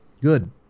Good